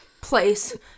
place